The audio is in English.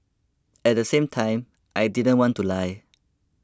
at the same time I didn't want to lie